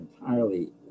entirely